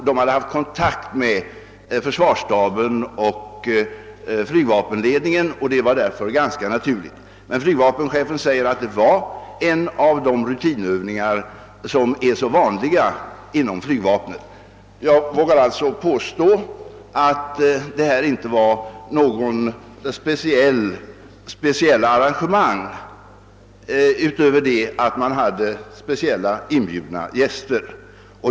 SSU hade haft kontakt med försvarsstaben och flygvapenledningen och det var därför ganska naturligt med en inbjudan. Men flygvapenchefen framhåller att det rörde sig om en av de rutinövningar som är så vanliga inom flygvapnet. Jag vågar alltså påstå att det inte var fråga om några speciella arrangemang bortsett från att man hade särskilt inbjudna gäster.